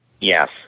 Yes